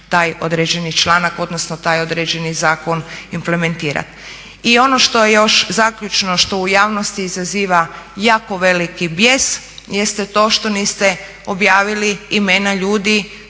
taj određeni članak, odnosno taj određeni zakon implementira. I ono što još zaključno što u javnosti izaziva jako veliki bijes jeste to što niste objavili imena ljudi